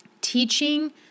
teaching